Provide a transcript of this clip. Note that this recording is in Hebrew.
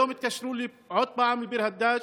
היום התקשרו עוד פעם לביר הדאג',